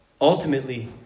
Ultimately